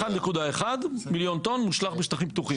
1.1 מיליון טון מושלך בשטחים פתוחים.